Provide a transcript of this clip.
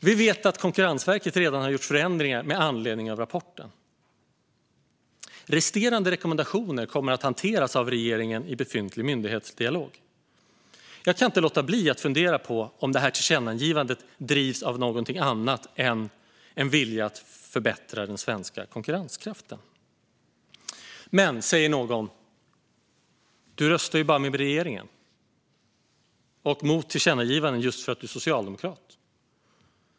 Vi vet att Konkurrensverket redan har gjort förändringar med anledning av rapporten. Resterande rekommendationer kommer att hanteras av regeringen i befintlig myndighetsdialog. Jag kan inte låta bli att fundera på om detta tillkännagivande drivs av någonting annat än en vilja att förbättra den svenska konkurrenskraften. Men, säger någon, du röstar ju med regeringen och mot tillkännagivanden bara för att du är socialdemokrat.